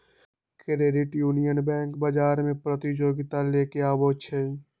credit union bank बजार में प्रतिजोगिता लेके आबै छइ